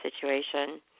situation